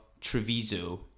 Treviso